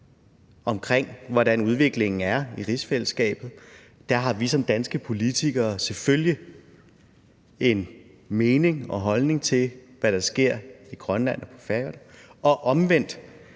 om, hvordan udviklingen er i rigsfællesskabet. Der har vi som danske politikere selvfølgelig en mening og en holdning til, hvad der sker i Grønland og på Færøerne. Og omvendt